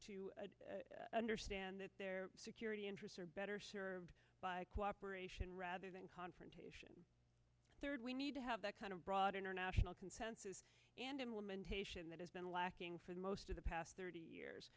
to understand their security interests are better served by cooperation rather than confrontation third we need to have that kind of broad international consensus and implementation that has been lacking for the most of the past thirty years